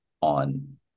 on